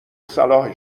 صلاح